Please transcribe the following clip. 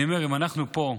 אני אומר שאם אנחנו פה,